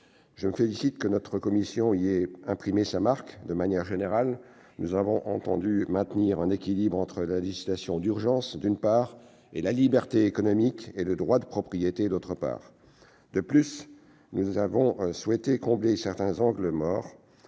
Je me réjouis que notre commission y ait imprimé sa marque. De manière générale, nous avons souhaité maintenir un équilibre entre la législation d'urgence, d'une part, et la liberté économique et le droit de propriété, d'autre part. De plus, nous avons souhaité combler certains angles morts